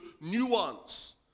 nuance